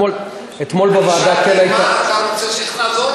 שאלתי מה אתה רוצה, איך נעזור לך.